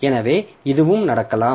எனவே இதுவும் நடக்கலாம்